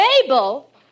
Mabel